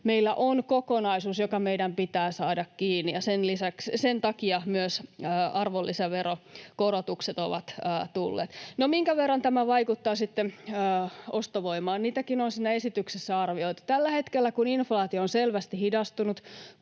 meillä on kokonaisuus, joka meidän pitää saada kiinni, ja sen takia myös arvonlisäveron korotukset ovat tulleet. No, minkä verran tämä vaikuttaa sitten ostovoimaan? Niitäkin on siinä esityksessä arvioitu. Tällä hetkellä, kun inflaatio on selvästi hidastunut,